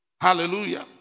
Hallelujah